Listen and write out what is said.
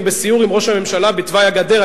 בסיור עם ראש הממשלה בתוואי הגדר.